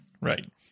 Right